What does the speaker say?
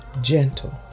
gentle